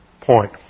point